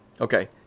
Okay